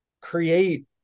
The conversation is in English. create